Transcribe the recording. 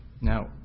Now